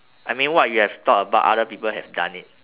I mean what you have thought about other people have done it